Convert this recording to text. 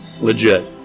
legit